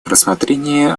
рассмотрение